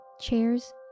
chairs